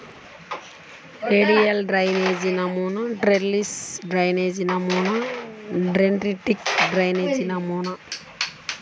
మూడు రకాల డ్రైనేజీలు ఏమిటి?